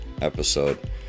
episode